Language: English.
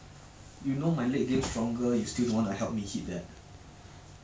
very rarely also honestly ya